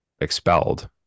expelled